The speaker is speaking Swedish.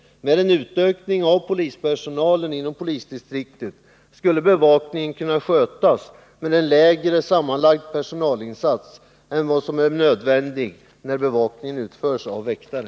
Med en utökning av polispersonalen inom polisdistriktet skulle bevakningen kunna skötas med en lägre sammanlagd personalinsats än vad som är nödvändigt när bevakningen sköts av väktare.